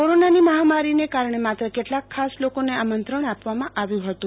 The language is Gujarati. કોરોનાની મહામારીને કારણે માત્ર કેટલા ખાસ લોકોને આમંત્રણ આપવામાં આવ્યું હતું